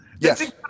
Yes